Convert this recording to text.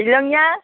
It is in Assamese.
শ্ৱিলঙীয়া